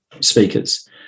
speakers